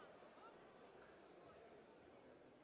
Дякую.